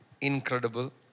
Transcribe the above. incredible